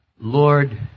Lord